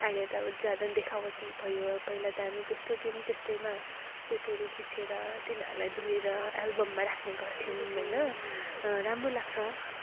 अहिले त अब ज्यादा देखावटी भयो पहिला त हामी जस्तो थियौँ त्यस्तैमा फोटोहरू खिचेर तिनीहरूलाई धोएर एलबममा राख्ने गर्थ्यौँ होइन राम्रो लाग्छ